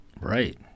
Right